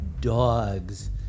Dogs